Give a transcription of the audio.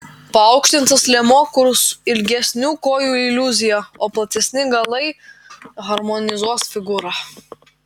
paaukštintas liemuo kurs ilgesnių kojų iliuziją o platesni galai harmonizuos figūrą